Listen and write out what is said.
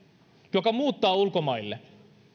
muuttaa ulkomaille